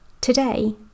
Today